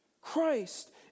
christ